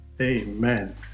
Amen